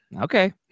okay